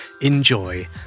enjoy